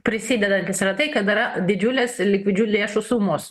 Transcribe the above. prisidedantis yra tai kad yra didžiulės likvidžių lėšų sumos